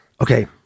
Okay